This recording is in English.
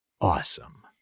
Awesome